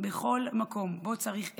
בכל מקום שבו צריך עזרה,